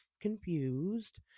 confused